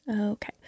Okay